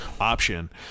option